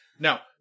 Now